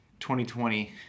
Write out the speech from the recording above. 2020